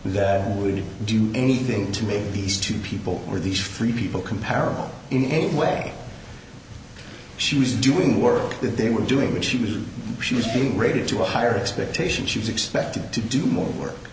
that would do anything to make these two people are these three people comparable in a way she was doing work that they were doing which she was she was being rated to a higher expectation she was expected to do more work